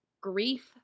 grief